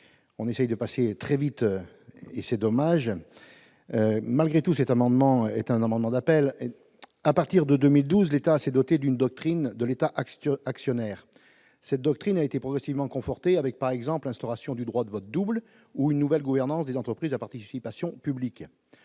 on essaye de passer très vite et c'est dommage, malgré tout, cet amendement est un amendement d'appel à partir de 2012, l'État s'est dotée d'une doctrine de l'état actuel actionnaire cette doctrine a été progressivement confortée avec par exemple l'instauration du droit de vote double ou une nouvelle gouvernance des entreprises à participation publique,